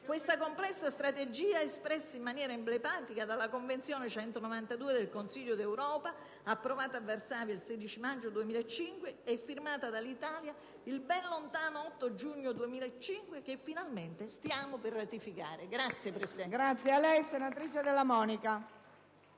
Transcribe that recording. questa complessa strategia è espressa in maniera emblematica dalla Convenzione n. 192 del Consiglio d'Europa, approvata a Varsavia il 16 maggio 2005 e firmata dall'Italia il ben lontano 8 giugno 2005, che stiamo finalmente per ratificare. *(Applausi